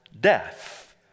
death